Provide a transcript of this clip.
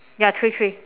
ya three three